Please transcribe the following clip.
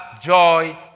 joy